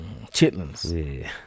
Chitlins